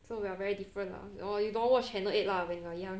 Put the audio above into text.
so we are very different lah oh you don't watch channel eight lah when you are young